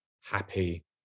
happy